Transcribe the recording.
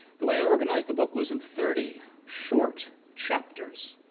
the way i organized the book was in thirty short chapters.